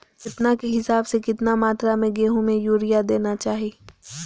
केतना के हिसाब से, कितना मात्रा में गेहूं में यूरिया देना चाही?